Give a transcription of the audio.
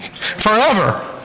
Forever